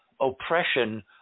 oppression